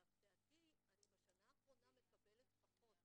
להפתעתי בשנה האחרונה אני מקבלת פחות,